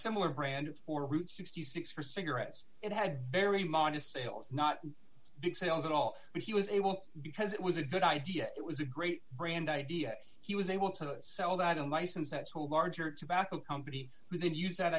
similar brand it's for route sixty six for cigarettes it had very modest sales not big sales at all but he was able because it was a good idea it was a great brand idea he was able to sell that a license that school larger tobacco company then use that